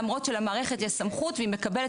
למרות שלמערכת יש סמכות והיא מקבלת